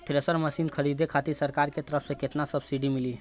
Thresher machine खरीदे खातिर सरकार के तरफ से केतना सब्सीडी मिली?